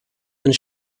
and